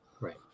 Right